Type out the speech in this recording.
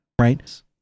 right